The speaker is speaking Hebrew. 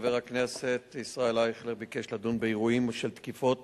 חבר הכנסת ישראל אייכלר ביקש לדון באירועים של תקיפות